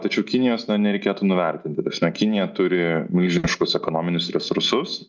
tačiau kinijos na nereikėtų nuvertinti ta prasme kinija turi milžiniškus ekonominius resursus